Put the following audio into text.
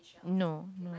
no no